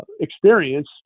experience